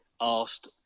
asked